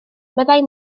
meddai